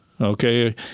Okay